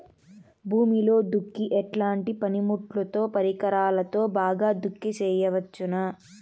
భూమిలో దుక్కి ఎట్లాంటి పనిముట్లుతో, పరికరాలతో బాగా దుక్కి చేయవచ్చున?